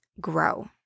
grow